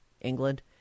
England